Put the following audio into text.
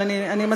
אבל אני מסכימה,